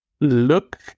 Look